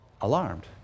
alarmed